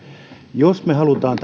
jos haluamme